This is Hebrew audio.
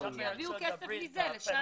שיעבירו כסף מזה לשם.